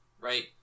right